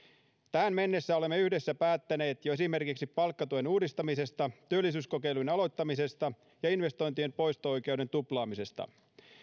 tähän mennessä olemme yhdessä päättäneet jo esimerkiksi palkkatuen uudistamisesta työllisyyskokeilun aloittamisesta ja investointien poisto oikeuden tuplaamisesta